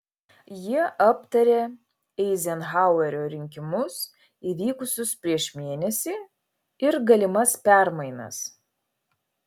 jie aptarė eizenhauerio rinkimus įvykusius prieš mėnesį ir galimas permainas